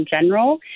general